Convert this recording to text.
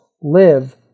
live